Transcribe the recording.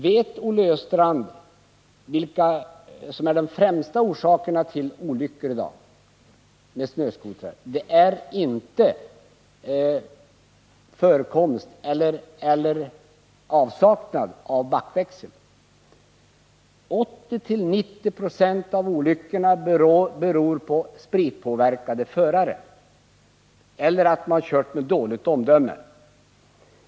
Vet Olle Östrand vilka de främsta orsakerna till olyckor med snöskotrar är i dag? Det är inte förekomst eller avsaknad av backväxel. 80-90 96 av olyckorna beror på spritpåverkade förare eller på att man kört med dåligt omdöme.